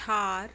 Thar